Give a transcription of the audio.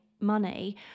money